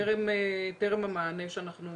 טרם המענה שאנחנו